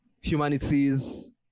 humanities